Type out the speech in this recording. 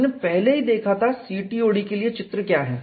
हमने पहले ही देखा था CTOD के लिए चित्र क्या है